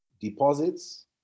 deposits